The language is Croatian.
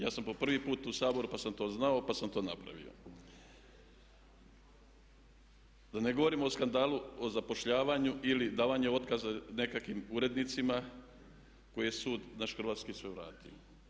Ja sam po prvi put u Saboru pa sam to znao, pa sam to napravio, da ne govorim o skandalu o zapošljavanju ili davanje otkaza nekakvim urednicima koje je sud naš hrvatski sve vratio.